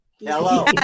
Hello